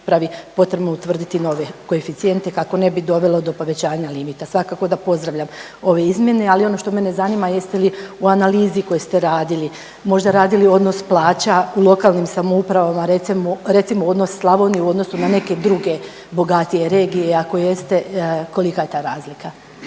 potrebno utvrditi nove koeficijente kako ne bi dovelo do povećanja limita. Svakako da pozdravljam ove izmjene, ali ono što mene zanima jeste li u analizi koje ste radili možda radili odnos plaća u lokalnim samoupravama recimo odnos Slavonije u odnosu na neke druge bogatije regije i ako jeste kolika je ta razlika?